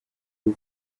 who